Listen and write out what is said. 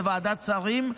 בוועדת שרים,